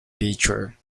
beecher